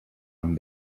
amb